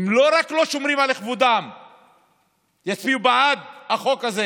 מי שיצביעו בעד החוק הזה